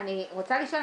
אני רוצה לשאול,